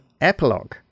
Epilogue